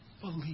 believe